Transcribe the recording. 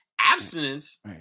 Abstinence